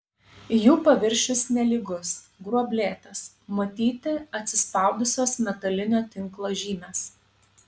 jų paviršius nelygus gruoblėtas matyti atsispaudusios metalinio tinklo žymės